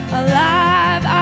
alive